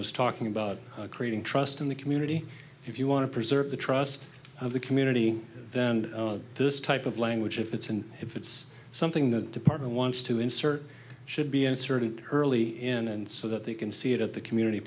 was talking about creating trust in the community if you want to preserve the trust of the community then this type of language if it's in if it's something the department wants to insert should be inserted early in and so that they can see it at the community